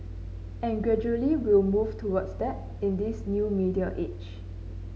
and gradually we'll move towards that in this new media age